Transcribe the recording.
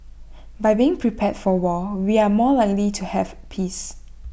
by being prepared for war we are more likely to have peace